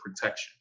protection